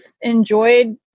enjoyed